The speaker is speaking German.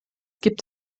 gibt